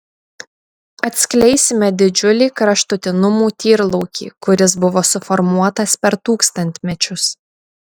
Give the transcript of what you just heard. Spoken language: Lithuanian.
atskleisime didžiulį kraštutinumų tyrlaukį kuris buvo suformuotas per tūkstantmečius